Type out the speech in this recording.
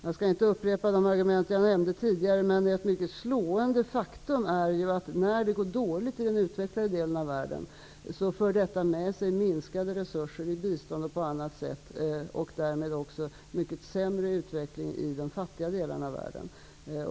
Jag skall inte upprepa de argument som jag nämnde tidigare, men ett mycket slående faktum är att när det går dåligt i den utvecklade delen av världen, medför det minskade resurser till bistånd och annat, och därmed också en mycket sämre utveckling i de fattiga delarna av världen.